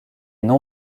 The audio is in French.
non